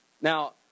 Now